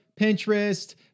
Pinterest